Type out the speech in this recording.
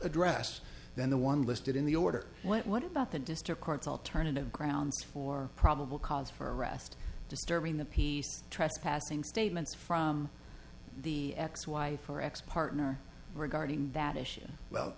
address than the one listed in the order what about the district court alternative grounds for probable cause for arrest disturbing the peace trespassing statements from the ex wife or ex partner regarding that issue well